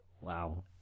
Wow